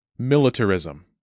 Militarism